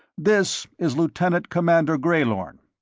this is lieutenant commander greylorn.